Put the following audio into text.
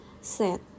set